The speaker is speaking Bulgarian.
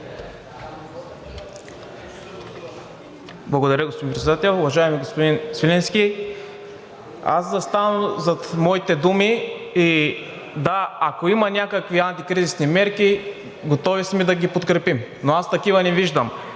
Благодаря, господин Председател. Уважаеми господин Свиленски, заставам зад моите думи. Да, ако има някакви антикризисни мерки, готови сме да ги подкрепим, но аз такива не виждам.